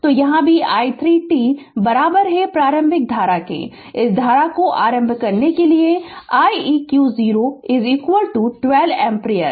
तो यहाँ भी i3 t प्रारंभिक धारा इस धारा को आरंभ करने के लिए कि iLeq 0 12 एम्पीयर